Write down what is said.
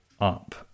up